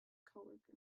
coworker